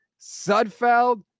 Sudfeld